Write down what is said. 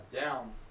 down